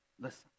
listen